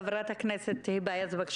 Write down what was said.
חברת הכנסת היבה יזבק,